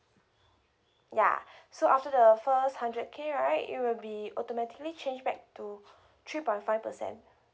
ya so after the first hundred K right it will be automatically changed back to three point five percent